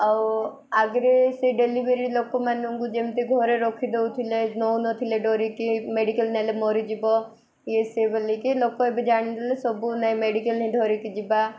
ଆଉ ଆଗରେ ସେ ଡେଲିଭରି ଲୋକମାନଙ୍କୁ ଯେମିତି ଘରେ ରଖିଦଉଥିଲେ ନେଉନଥିଲେ ଡରିକି ମେଡ଼ିକାଲ ନେଲେ ମରିଯିବ ଇଏ ସେ ବୋଲିକି ଲୋକ ଏବେ ଜାଣିଦେଲେ ସବୁ ନାହିଁ ମେଡ଼ିକାଲ ହିଁ ଧରିକି ଯିବା